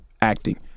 acting